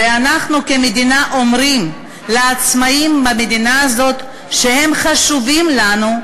אנחנו כמדינה אומרים לעצמאים במדינה הזאת שהם חשובים לנו,